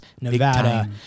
Nevada